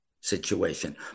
situation